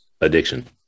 addiction